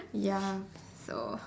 ya so